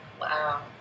Wow